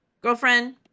girlfriend